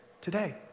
today